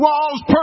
walls